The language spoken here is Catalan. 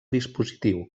dispositiu